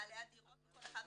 מבעלי הדירות בכל אחד מהמתחמים.